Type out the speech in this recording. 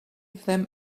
them